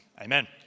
amen